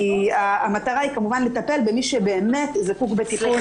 המטרה היא כמובן לטפל במי שבאמת זקוק לטיפול,